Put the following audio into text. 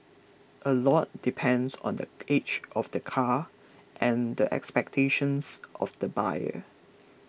a lot depends on the age of the car and the expectations of the buyer